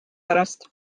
pärast